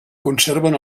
conserven